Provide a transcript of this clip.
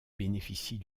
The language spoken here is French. bénéficie